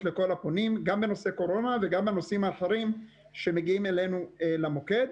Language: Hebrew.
לכל הפונים גם בנושא קורונה וגם בנושאים האחרים שמגיעים אלינו למוקד.